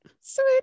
Sweet